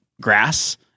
grass